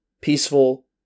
peaceful